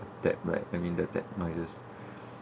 death right I mean the death noises